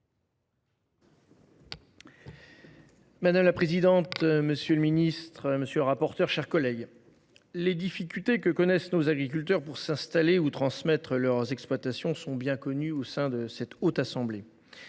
Madame la présidente, monsieur le ministre, mes chers collègues, les difficultés que connaissent nos agriculteurs pour s’installer ou transmettre leurs exploitations sont bien connues au sein de notre Haute Assemblée